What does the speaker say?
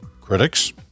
critics